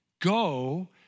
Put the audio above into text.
Go